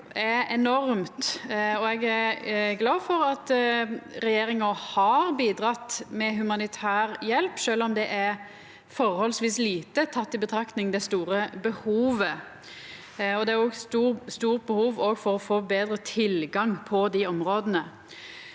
hjelp er enormt, og eg er glad for at regjeringa har bidrege med humanitær hjelp, sjølv om det er forholdsvis lite når ein tek i betraktning det store behovet. Det er òg stort behov for å få betre tilgang til desse områda.